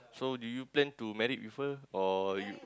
so did you plan to marry with her or you